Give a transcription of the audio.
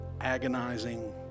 agonizing